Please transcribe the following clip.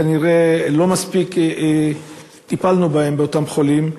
כנראה לא מספיק טיפלנו בהם, באותם חולים,